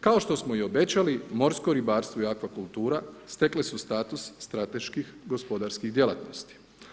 Kao što smo i obećali morsko ribarstvo i akvakultura stekle su status strateških gospodarskih djelatnosti.